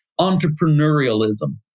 entrepreneurialism